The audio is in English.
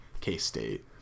K-State